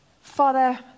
Father